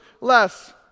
less